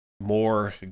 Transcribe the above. More